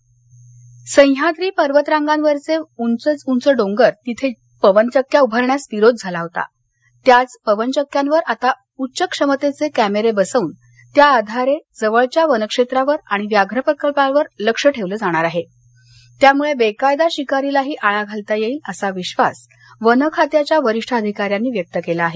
वनक्षेत्रव्याघ्र प्रकल्पावर लक्ष सह्याद्री पर्वतरांगावरील उंच डोंगरांवर जिथं पवनचक्क्या उभारण्यास विरोध झाला होता त्याच पवनचक्क्यांवर आता उच्च क्षमतेचे कॅमेरे बसवून त्याआधारे जवळच्या वनक्षेत्रावर आणि व्याघ्र प्रकल्पावर लक्ष ठेवले जाणार असून त्यामुळं बेकायदा शिकारीलाही आळा घालता येईल असा विश्वास वन खात्याच्या वरिष्ठ अधिकाऱ्यांनी व्यक्त केला आहे